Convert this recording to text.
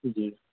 ਜੀ